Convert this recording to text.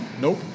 Nope